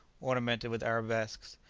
ornamented with arabesques.